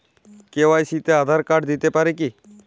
KYC তে Aadhaar card দিতে পারি কি?